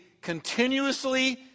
continuously